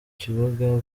kibuga